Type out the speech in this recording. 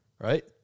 Right